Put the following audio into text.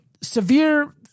severe